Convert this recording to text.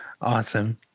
Awesome